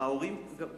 ההורים תחת הפחדה.